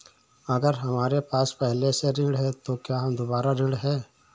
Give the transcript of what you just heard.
अगर हमारे पास पहले से ऋण है तो क्या हम दोबारा ऋण हैं?